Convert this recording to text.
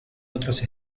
otras